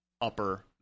upper